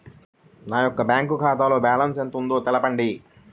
నా యొక్క బ్యాంక్ ఖాతాలో బ్యాలెన్స్ ఎంత ఉందో తెలపండి?